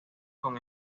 con